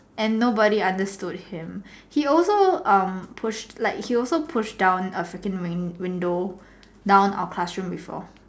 and nobody understood him he also um pushed like he also pushed down a freaking window down our classroom before